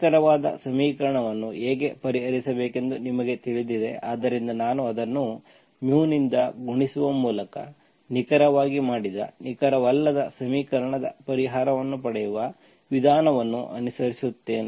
ನಿಖರವಾದ ಸಮೀಕರಣವನ್ನು ಹೇಗೆ ಪರಿಹರಿಸಬೇಕೆಂದು ನಿಮಗೆ ತಿಳಿದಿದೆ ಆದ್ದರಿಂದ ನಾನು ಅದನ್ನು ನಿಂದ ಗುಣಿಸುವ ಮೂಲಕ ನಿಖರವಾಗಿ ಮಾಡಿದ ನಿಖರವಲ್ಲದ ಸಮೀಕರಣದ ಪರಿಹಾರವನ್ನು ಪಡೆಯುವ ವಿಧಾನವನ್ನು ಅನುಸರಿಸುತ್ತೇನೆ